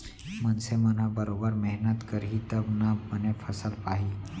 मनसे मन ह बरोबर मेहनत करही तब ना बने फसल पाही